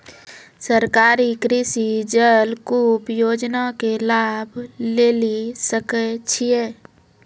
सरकारी कृषि जलकूप योजना के लाभ लेली सकै छिए?